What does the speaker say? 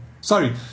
Sorry